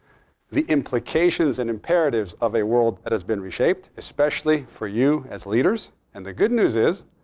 the implications and imperatives of a world that has been reshaped, especially for you as leaders. and the good news is,